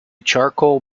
charcoal